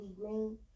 green